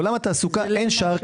לעולם התעסוקה אין שער כניסה.